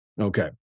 Okay